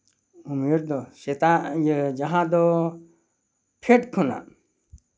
ᱩᱢᱮᱨ ᱫᱚ ᱥᱮᱛᱟᱜ ᱡᱟᱦᱟᱸ ᱫᱚ ᱯᱷᱮᱰ ᱠᱷᱚᱱᱟᱜ